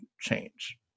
change